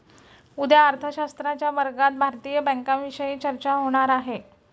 उद्या अर्थशास्त्राच्या वर्गात भारतीय बँकांविषयी चर्चा होणार आहे